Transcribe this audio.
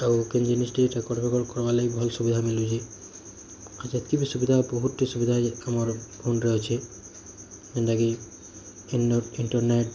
ଆଉ କେଉଁ ଜିନିଷ୍ ଟି କରବାର୍ ଲାଗି ଭଲ୍ ସୁବିଧା ମିଲୁଛି ଆଉ ଯେତିକି ବି ସୁବିଧା ବହୁତ ସୁବିଧା ଆମର୍ ଫୋନ୍ରେ ଅଛି ଯେନ୍ତା କି ଇନର୍ ଇଣ୍ଟରନେଟ୍